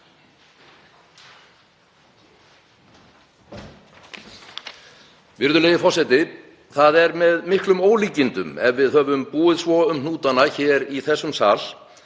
Virðulegur forseti. Það er með miklum ólíkindum ef við höfum búið svo um hnútana hér í þessum sal